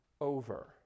over